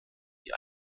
die